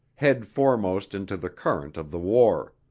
head foremost into the current of the war.